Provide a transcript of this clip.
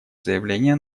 заявление